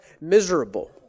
miserable